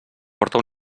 porta